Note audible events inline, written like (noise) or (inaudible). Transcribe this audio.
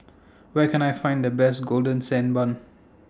(noise) Where Can I Find The Best Golden Sand Bun